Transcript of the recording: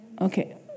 okay